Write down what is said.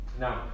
Now